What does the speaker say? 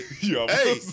Hey